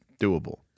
doable